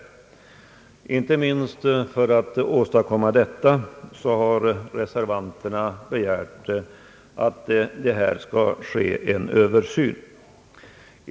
Inte minst för att undanröja dessa svårigheter har reservanterna begärt en översyn.